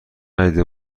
ندیده